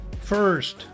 first